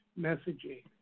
messaging